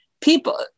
people